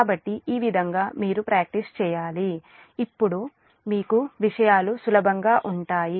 కాబట్టి ఈ విధంగా మీరు ప్రాక్టీస్ చేయాలి అప్పుడు మీకు విషయాలు సులభంగా ఉంటాయి